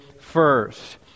first